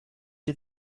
die